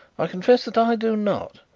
i confess that i do not.